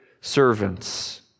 servants